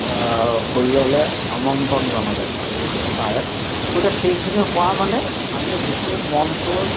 শৰীৰলৈ আমন্ত্ৰণ জনাব পাৰে গতিকে সেইখিনি হোৱা মানে আমি গোটেই মনটো